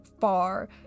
far